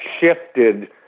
shifted